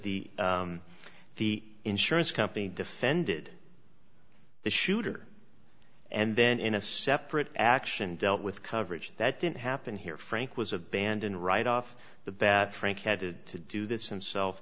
the the insurance company defended the shooter and then in a separate action dealt with coverage that didn't happen here frank was abandoned right off the bat frank had to do this in itself